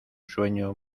sueño